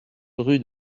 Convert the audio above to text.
rue